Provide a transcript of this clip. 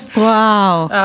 wow.